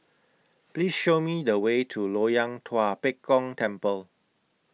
Please Show Me The Way to Loyang Tua Pek Kong Temple